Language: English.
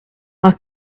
our